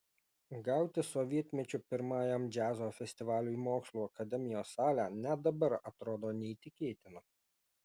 gauti sovietmečiu pirmajam džiazo festivaliui mokslų akademijos salę net dabar atrodo neįtikėtina